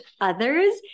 others